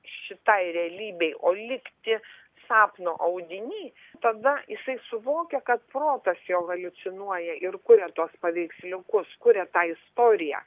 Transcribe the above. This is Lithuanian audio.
šitai realybei o likti sapno audiny tada jisai suvokia kad protas jo haliucinuoja ir kuria tuos paveiksliukus kuria tą istoriją